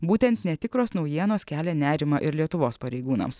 būtent netikros naujienos kelia nerimą ir lietuvos pareigūnams